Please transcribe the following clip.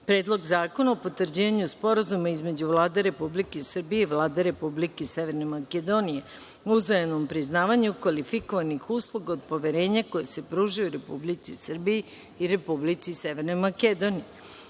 Predlog zakona o potvrđivanju Sporazuma između Vlade Republike Srbije i Vlade Republike Severne Makedonije o uzajamnom priznavanju kvalifikovanih usluga od poverenja koje se pružaju u Republici Srbiji i Republici Severnoj Makedoniji,5.